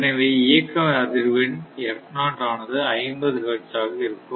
எனவே இயக்க அதிர்வெண் ஆனது 50 ஹெர்ட்ஸ் ஆக இருக்கும்